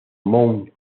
mount